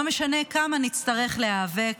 לא משנה כמה נצטרך להיאבק,